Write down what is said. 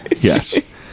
yes